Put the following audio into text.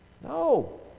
No